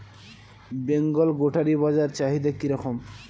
বেঙ্গল গোটারি বাজার চাহিদা কি রকম?